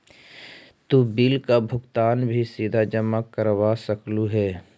तु बिल का भुगतान भी सीधा जमा करवा सकलु हे